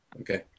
Okay